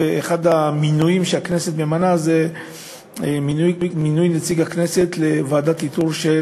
אחד המינויים שהכנסת ממנה זה נציג הכנסת לוועדת איתור של